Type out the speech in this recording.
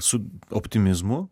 su optimizmu